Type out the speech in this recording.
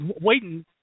waiting